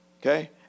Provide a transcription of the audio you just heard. Okay